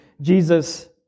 Jesus